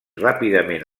ràpidament